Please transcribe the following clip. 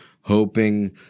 hoping